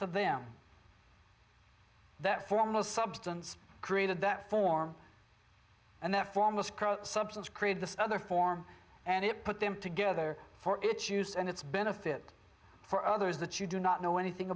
to them that foremost substance created that form and therefore must grow substance create this other form and it put them together for its use and its benefit for others that you do not know anything